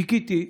חיכיתי.